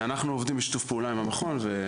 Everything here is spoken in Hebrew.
ואנחנו עובדים בשיתוף פעולה עם המכון.